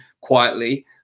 quietly